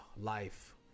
life